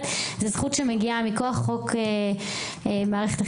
גם חברי הוועדה,